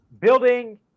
building